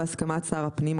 בהסכמת שר הפנים,